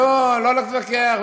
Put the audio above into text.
אני לא הולך להתווכח.